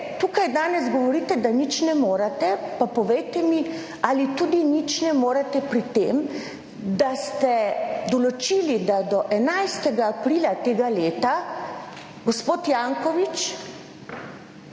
tukaj danes govorite, da nič ne morete, pa povejte mi ali tudi nič ne morete pri tem, da ste določili, da do 11. aprila tega leta gospod Janković